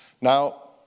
Now